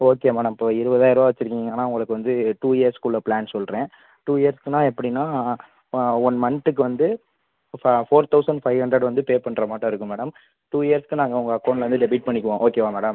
okay madam இப்போ இருவதாயருவா வச்சிருக்கிங்கன்னா உங்களுக்கு வந்து டூ இயர்ஸ்க்குள்ள பிளான் சொல்கிறேன் டூ இயர்ஸ்க்குனா எப்படின்னா ஒன் மன்த்துக்கு வந்து ஃபா ஃபோர் தௌசண்ட் ஃபைவ் ஹண்ட்ரேட் வந்து பே பண்ணுற மாதிரி மாட்டம் இருக்கும் மேடம் டூ இயர்ஸ்க்கு நாங்கள் உங்கள் அக்கௌண்ட்டில் வந்து டெபிட் பண்ணிக்கிவோம் ஓகேவா மேடம்